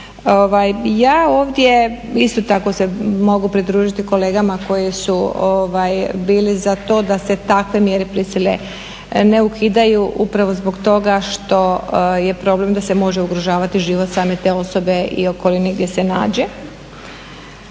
ja ovdje isto tako se mogu pridružiti kolegama koji su bili za to da se takve mjere prisile ne ukidaju upravo zbog toga što je problem da se može ugrožavati život same te osobe i okolini gdje se nađe.